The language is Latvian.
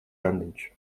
randiņš